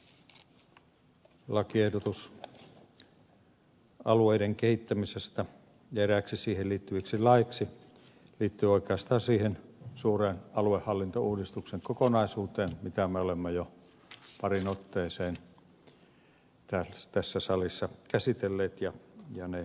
tämä lakiehdotus alueiden kehittämisestä ja eräiksi siihen liittyviksi laeiksi liittyy oikeastaan siihen suureen aluehallintouudistuksen kokonaisuuteen johon kuuluvia esityksiä me olemme jo pariin otteeseen tässä salissa käsitelleet ja ne hyväksyneet